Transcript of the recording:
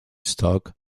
stock